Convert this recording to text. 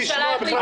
הממשלה החליטה.